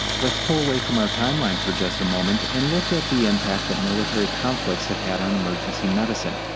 let's pull away from our timeline for just a moment and look at the impact that military conflicts have had on emergency medicine.